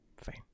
fine